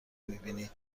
میبینی